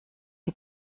die